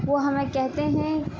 وہ ہمیں کہتے ہیں